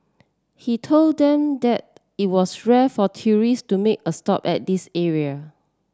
he told them that it was rare for tourist to make a stop at this area